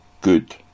good